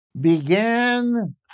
began